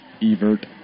Evert